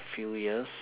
few years